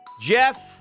Jeff